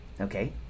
okay